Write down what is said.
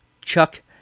chuck